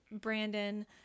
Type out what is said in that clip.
Brandon